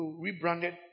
rebranded